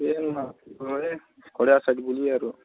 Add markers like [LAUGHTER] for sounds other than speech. ଇଏ [UNINTELLIGIBLE] ବୁଲି ଆରୁ